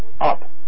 up